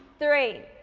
three.